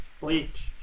Bleach